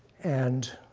and